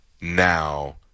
now